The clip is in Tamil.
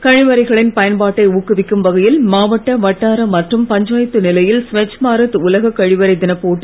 கழிவறைகளின் பயன்பாட்டை ஊக்குவிக்கும் வகையில் மாவட்ட வட்டார மற்றும் பஞ்சாயத்து நிலையில் ஸ்வச் பாரத் உலக கழிவறை தினப் போட்டியும் நடைபெற்றது